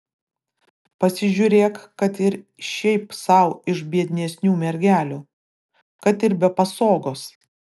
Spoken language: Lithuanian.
pasižiūrėk kad ir šiaip sau iš biednesnių mergelių kad ir be pasogos